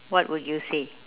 what would you say